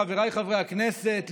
חבריי חברי הכנסת,